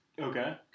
Okay